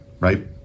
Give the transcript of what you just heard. right